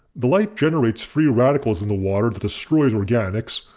the light generates free radicals in the water that destroys organics,